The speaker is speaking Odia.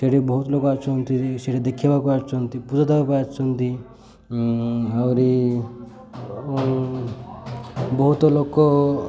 ସେଠି ବହୁତ ଲୋକ ଆସନ୍ତି ସେଠି ଦେଖିବାକୁ ଆସିଛନ୍ତି ପୂଜା ଦେବା ପାଇଁ ଆସିଛନ୍ତି ଆହୁରି ବହୁତ ଲୋକ